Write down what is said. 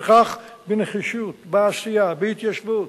וכך, בנחישות, בעשייה, בהתיישבות,